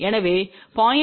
எனவே 0